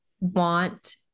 want